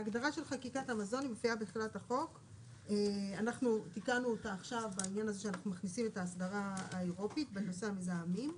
בהגדרה של חקיקת המזון אנחנו מכניסים את האסדרה האירופית בנושא המזהמים,